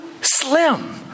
slim